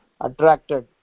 attracted